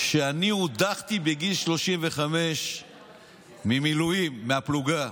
שאני הודחתי בגיל 35 מהמילואים, מהפלוגה.